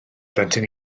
blentyn